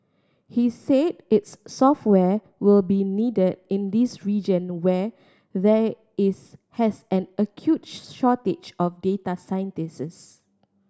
he said its software will be needed in this region where there is has an acute shortage of data scientists